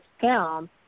film